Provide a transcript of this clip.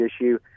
issue